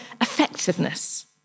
effectiveness